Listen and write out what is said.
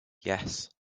yes